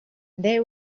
they